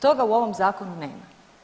Toga u ovom zakonu nema.